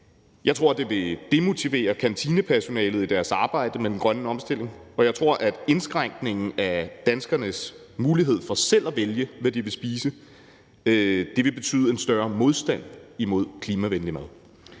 Jeg tror, det vil demotivere kantinepersonalet i deres arbejde med den grønne omstilling, og jeg tror, at indskrænkningen af danskernes mulighed for selv at vælge, hvad de vil spise, vil betyde en større modstand mod klimavenlig mad.